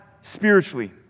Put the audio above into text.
spiritually